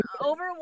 Over